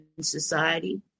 society